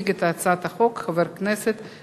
לפרוטוקול אנחנו מוסיפים את הקול של חבר הכנסת מקלב.